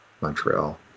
Montreal